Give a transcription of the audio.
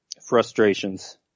frustrations